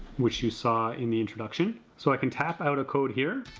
which you saw in the introduction. so i can tap out a code here